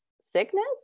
sickness